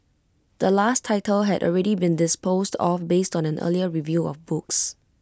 the last title had already been disposed off based on an earlier review of books